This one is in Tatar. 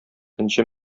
энҗе